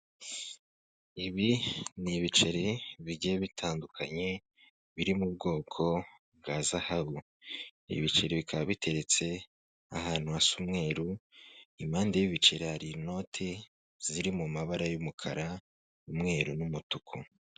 Ibi ni ibiceri bigiye bitandukanye biri mu bwoko bwa zahabu ibiceri bikaba biteretse ahantu hasa umweru impande y'ibibice hari inoti ziri mu mabara y'umukara n'umweru n'umutuku.